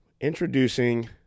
Introducing